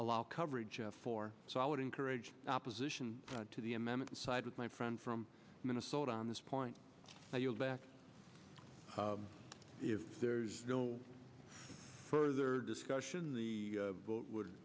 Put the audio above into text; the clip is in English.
allow cover for so i would encourage opposition to the american side with my friend from minnesota on this point you'll back if there's no further discussion the vote would